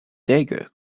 dagger